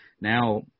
Now